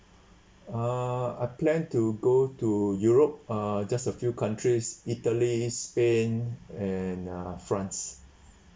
uh I plan to go to europe uh just a few countries italy spain and uh france